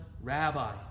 rabbi